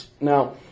Now